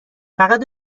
فقط